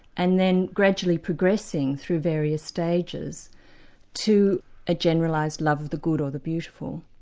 and then gradually progressing through various stages to a generalised love of the good or the beautiful.